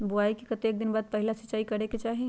बोआई के कतेक दिन बाद पहिला सिंचाई करे के चाही?